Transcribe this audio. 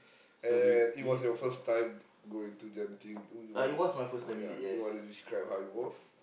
and it was your first time going to Genting do you want ya do you want to describe how it was